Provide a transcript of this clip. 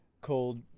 called